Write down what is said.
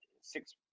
six